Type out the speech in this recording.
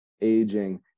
aging